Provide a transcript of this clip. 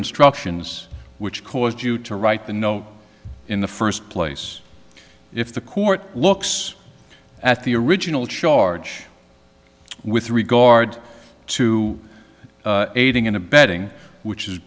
instructions which caused you to write the no in the first place if the court looks at the original charge with regard to aiding and abetting which is